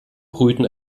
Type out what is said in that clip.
brüten